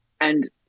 And-